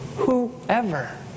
Whoever